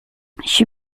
she